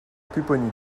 pupponi